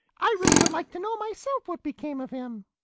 i really would like to know myself what became of him.